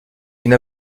une